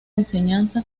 enseñanza